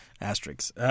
asterisks